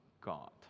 God